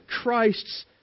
Christ's